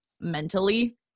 mentally